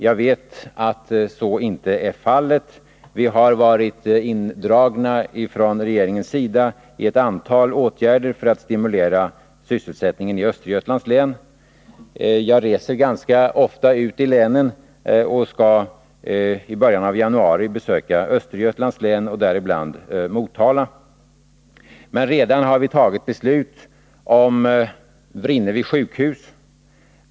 Jag vet att så inte är fallet. Vi har från regeringens sida varit indragna i ett antal åtgärder för att stimulera sysselsättningen i Östergötlands län. Jag reser ganska ofta ut i länen och skall i början av januari besöka Östergötlands län och däribland Motala. Men vi har redan tagit beslut om Vrinnevis sjukhus.